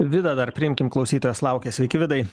vidą dar priimkim klausytojas laukia sveiki vidai